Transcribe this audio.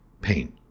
Pain